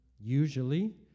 usually